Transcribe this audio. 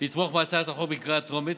לתמוך בהצעת החוק בקריאה טרומית,